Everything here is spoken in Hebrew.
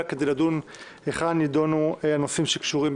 כדי לדון היכן ידונו הנושאים שקשורים,